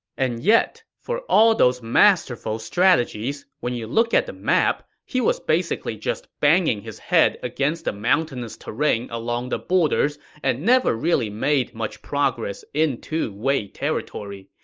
and yet, for all those masterful strategies, when you look at the map, he was basically just banging his head against the mountainous terrain along the borders and never really made much progress into wei territory.